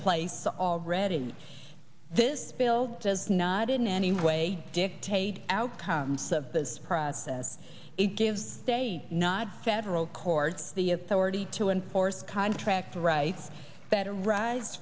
place already this bill does not in any way dictate outcomes of this process it gives states not federal courts the authority to enforce contract rights that arise